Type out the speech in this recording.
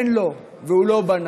אין לו, והוא לא בנה.